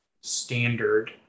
standard